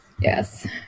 yes